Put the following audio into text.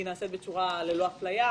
אנחנו רוצים לראות שהיא נעשית ללא אפליה.